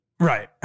Right